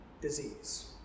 disease